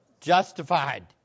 Justified